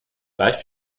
gleich